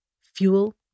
fuel